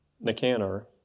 Nicanor